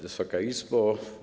Wysoka Izbo!